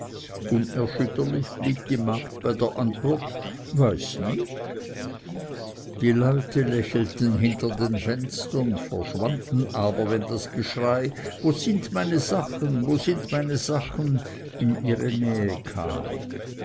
unerschütterlich blieb die magd bei der antwort weiß nicht die leute lächelten hinter den fenstern verschwanden aber wenn das geschrei wo sind meine sachen wo sind meine sachen in ihre nähe kam